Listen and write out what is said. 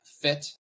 Fit